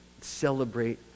celebrate